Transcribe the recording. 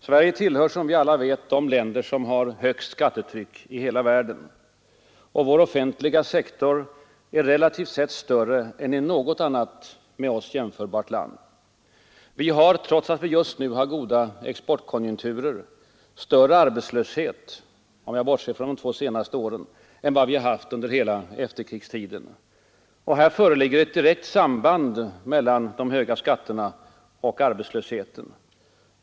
Sverige tillhöf som vi alla vet de länder som har högst skattetryck i hela världen, och vår offentliga sektor är relativt sett större än något annat med oss jämförbart lands. Vi har, trots att vi just nu har goda exportkonjunkturer, större arbetslöshet — om jag bortser från de två senaste åren — än vad vi haft under hela efterkrigstiden. Här föreligger ett direkt samband mellan de höga skatterna och arbetslösheten.